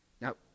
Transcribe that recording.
Now